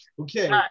Okay